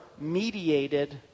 mediated